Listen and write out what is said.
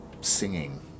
Singing